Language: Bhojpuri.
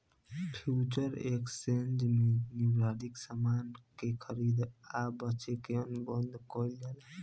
फ्यूचर एक्सचेंज में निर्धारित सामान के खरीदे आ बेचे के अनुबंध कईल जाला